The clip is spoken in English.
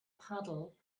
paddle